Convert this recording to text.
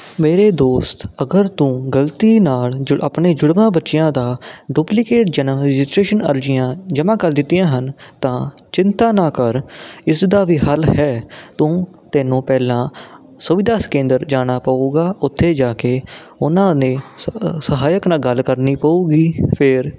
ਮੇਰੇ ਦੋਸਤ ਅਗਰ ਤੂੰ ਗਲਤੀ ਨਾਲ ਜੋ ਆਪਣੇ ਜੁੜਵਾ ਬੱਚਿਆਂ ਦਾ ਡੁਪਲੀਕੇਟ ਜਨਮ ਰਜਿਸਟਰੇਸ਼ਨ ਅਰਜ਼ੀਆਂ ਜਮਾਂ ਕਰ ਦਿੱਤੀਆਂ ਹਨ ਤਾਂ ਚਿੰਤਾ ਨਾ ਕਰ ਇਸ ਦਾ ਵੀ ਹੱਲ ਹੈ ਤੂੰ ਤੈਨੂੰ ਪਹਿਲਾਂ ਸੁਵਿਧਾ ਕੇਂਦਰ ਜਾਣਾ ਪਊਗਾ ਉੱਥੇ ਜਾ ਕੇ ਉਹਨਾਂ ਨੇ ਸ ਸਹਾਇਕ ਨਾਲ ਗੱਲ ਕਰਨੀ ਪਊਗੀ ਫਿਰ